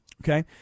Okay